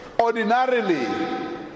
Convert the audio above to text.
Ordinarily